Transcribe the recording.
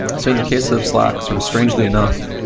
so in the case of slack, sort of strangely enough,